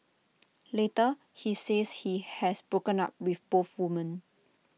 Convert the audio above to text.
later he says he has broken up with both women